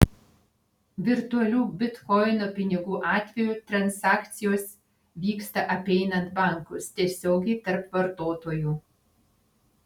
virtualių bitkoino pinigų atveju transakcijos vyksta apeinant bankus tiesiogiai tarp vartotojų